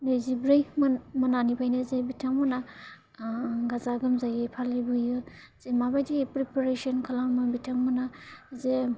नैजिब्रै मोनानिफ्रायनो जे बिथांमोना गाजा गोमजायै फालिबोयो जे माबायदि प्रिपारेसन खालामो बिथांमोना जे